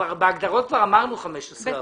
בהגדרות כבר אמרנו 15 אחוזים.